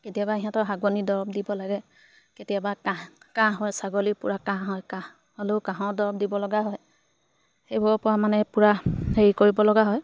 কেতিয়াবা সিহঁতৰ হাগনি দৰৱ দিব লাগে কেতিয়াবা কাঁহ কাঁহ হয় ছাগলীৰ পূৰা কাঁহ হয় কাঁহ হ'লেও কাঁহৰ দৰৱ দিব লগা হয় সেইবোৰৰ পৰা মানে পূৰা হেৰি কৰিব লগা হয়